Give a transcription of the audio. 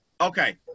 Okay